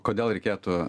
kodėl reikėtų